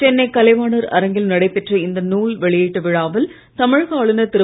சென்னை கலைவாணர் அரங்கில் நடைபெற்ற இந்த நூல் வெளியீட்டு விழாவில் தமிழக ஆளுநர் திரு